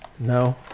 no